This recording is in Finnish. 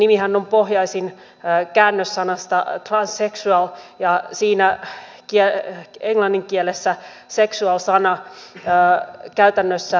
nimihän on pohjaisin käännössanasta transsexual ja siinä englannin kielessä sexual sana käytännössä on väärä